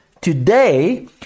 today